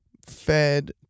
fed